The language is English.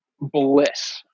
bliss